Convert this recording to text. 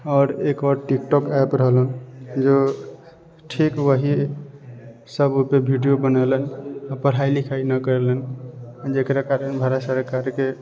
आओर एक और टिकटोक ऐप रहलन जो ठीक वएहसब वीडिओ बनेलन आओर पढ़ाइ लिखाइ नहि कएलन जकरा कारण भारत सरकारके